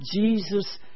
Jesus